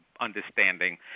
understanding